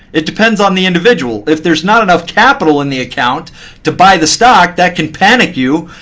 it depends on the individual. if there's not enough capital in the account to buy the stock, that can panic you,